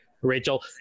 Rachel